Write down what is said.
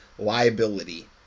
liability